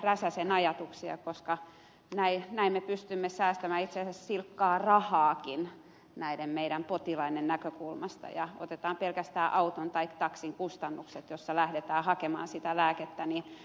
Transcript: räsäsen ajatuksia koska näin me pystymme säästämään itse asiassa silkkaa rahaakin meidän potilaidemme näkökulmasta jos otetaan pelkästään auton tai taksin kustannukset tapauksissa joissa lähdetään hakemaan sitä lääkettä